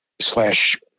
slash